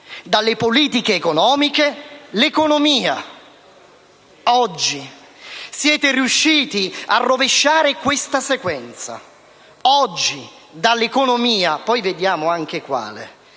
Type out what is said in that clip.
dalle politiche economiche l'economia. Oggi siete riusciti a rovesciare questa sequenza: oggi dall'economia (poi vedremo anche quale)